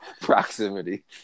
proximity